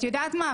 את יודעת מה,